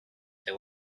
the